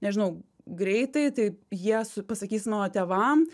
nežinau greitajai tai jie su pasakys mano tėvam